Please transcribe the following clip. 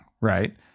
right